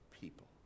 people